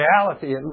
reality